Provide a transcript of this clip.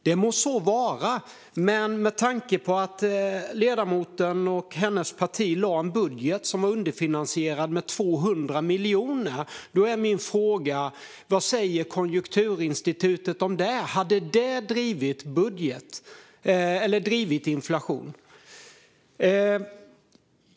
Det må så vara, men med tanke på att ledamoten och hennes parti lade en budget som var underfinansierad med 200 miljoner är min fråga vad Konjunkturinstitutet säger om det. Hade det drivit inflation?